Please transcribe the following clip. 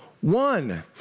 one